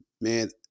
man